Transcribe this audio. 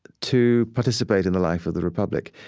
to participate in the life of the republic.